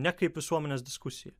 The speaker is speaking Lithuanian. ne kaip visuomenės diskusija